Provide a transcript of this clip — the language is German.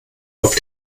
auf